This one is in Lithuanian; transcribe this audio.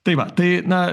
tai va tai na